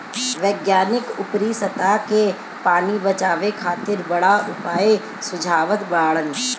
वैज्ञानिक ऊपरी सतह के पानी बचावे खातिर बड़ा उपाय सुझावत बाड़न